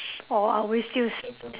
or are we will still s~